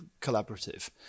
collaborative